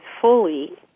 fully